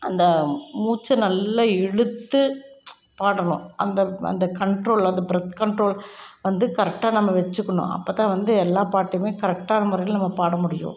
அந்த மூச்சை நல்லா இழுத்து பாடணும் அந்த அந்த கண்ட்ரோல் அந்த பிரெத் கண்ட்ரோல் வந்து கரெக்டாக நம்ம வச்சுக்கணும் அப்போ தான் வந்து எல்லா பாட்டுமே கரெக்டான முறையில நம்ம பாட முடியும்